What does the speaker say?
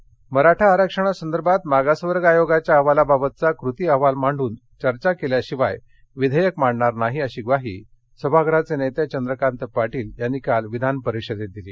विधान परिषद मराठा आरक्षणासंदर्भात मागासवर्ग आयोगाच्या अहवालाबाबतचा कृती अहवाल मांडून चर्चा केल्याशिवाय विधेयक मांडणार नाही अशी ग्वाही सभागृह नेते चंद्रकांत पाटील यांनी काल विधानपरिषदेत दिली